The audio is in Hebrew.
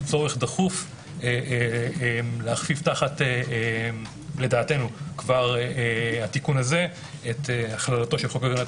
צורך דחוף להכפיף לדעתנו תחת תיקון הזה את הכללת חוק הגנת